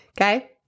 Okay